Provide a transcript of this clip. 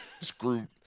screwed